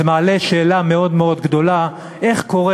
זה מעלה שאלה מאוד גדולה: איך קורה